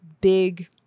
big